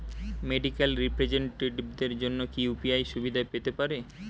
Medical রিপ্রেজন্টেটিভদের জন্য কি ইউ.পি.আই সুবিধা পেতে পারে?